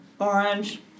Orange